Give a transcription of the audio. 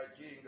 king